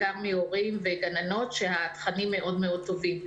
מגננות שהתכנים מאוד טובים.